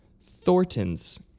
Thornton's